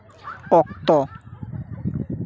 ᱚᱠᱛᱚ